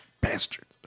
Bastards